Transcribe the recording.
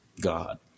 God